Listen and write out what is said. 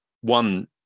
One